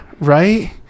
right